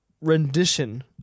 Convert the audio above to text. rendition